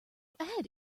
add